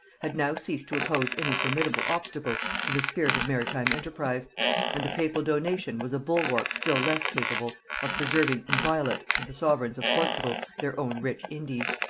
had now ceased to oppose any formidable obstacle to the spirit of maritime enterprise and the papal donation was a bulwark still less capable of preserving inviolate to the sovereigns of portugal their own rich indies.